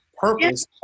purpose